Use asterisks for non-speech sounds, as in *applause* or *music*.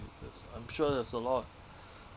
wait this I'm sure there's a lot *breath*